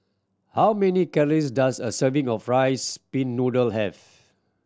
how many calories does a serving of rice pin noodle have